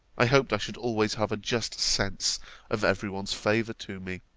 i hoped i should always have a just sense of every one's favour to me,